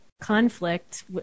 conflict